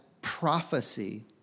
prophecy